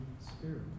Spirit